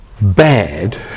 bad